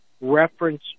reference